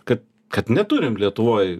kad kad neturim lietuvoj